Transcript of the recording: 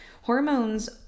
hormones